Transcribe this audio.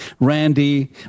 Randy